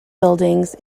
buildings